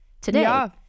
today